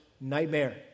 nightmare